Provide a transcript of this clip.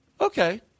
Okay